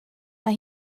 mae